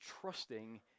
trusting